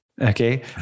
Okay